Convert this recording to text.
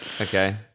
okay